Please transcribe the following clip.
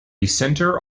centre